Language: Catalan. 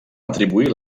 atribuir